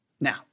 Now